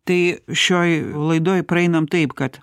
tai šioj laidoj praeinam taip kad